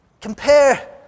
compare